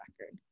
record